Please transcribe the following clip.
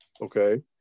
Okay